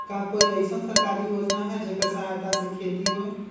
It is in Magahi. का कोई अईसन सरकारी योजना है जेकरा सहायता से खेती होय?